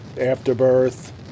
Afterbirth